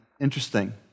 interesting